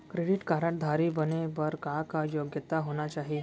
Credit card धारी बने बर का का योग्यता होना चाही?